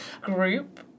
group